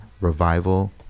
revival